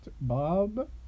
Bob